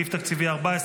סעיף תקציבי 14,